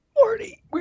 Marty